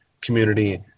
community